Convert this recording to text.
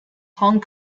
hong